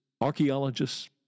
archaeologists